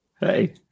Hey